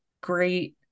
great